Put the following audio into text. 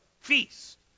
feast